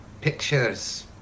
Pictures